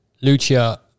Lucia